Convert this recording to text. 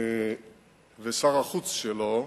ושר החוץ שלו,